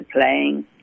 playing